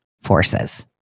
forces